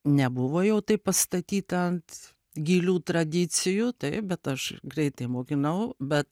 nebuvo jau taip pastatyta ant gilių tradicijų taip bet aš greitai mokinau bet